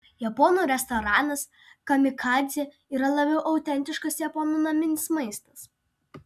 japonų restoranas kamikadzė yra labiau autentiškas japonų naminis maistas